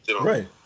right